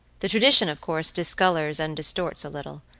the tradition, of course, discolors and distorts a little.